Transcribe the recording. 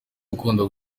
ukunda